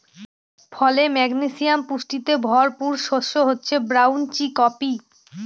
ফলে, ম্যাগনেসিয়াম পুষ্টিতে ভরপুর শস্য হচ্ছে ব্রাউন চিকপি